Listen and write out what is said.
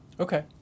Okay